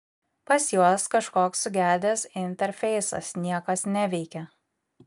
pas juos kažkoks sugedęs interfeisas niekas neveikia